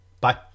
bye